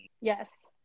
yes